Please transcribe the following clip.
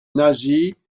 nazis